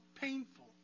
painful